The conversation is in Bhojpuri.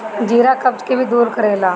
जीरा कब्ज के भी दूर करेला